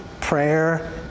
prayer